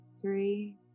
three